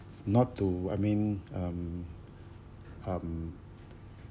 not to I mean um um